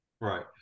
Right